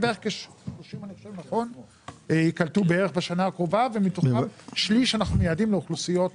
בערך כ-30 ייקלטו בשנה הקרובה ומתוכם שליש אנחנו מייעדים לאוכלוסיות